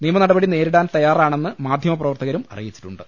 നിയമ നടപടി നേരിടാൻ തയ്യാറാണെന്ന് മാധ്യമ പ്രവർത്തകരും അറിയിച്ചിട്ടുണ്ട്